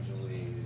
usually